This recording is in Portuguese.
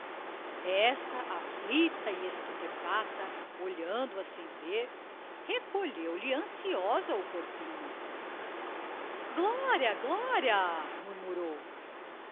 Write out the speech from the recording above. esta afflicta e estupefacta olhando a sem vêr rccolheu lhe anciosa o corpinho gloria gloria murmurou